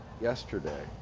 yesterday